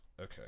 okay